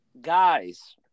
guys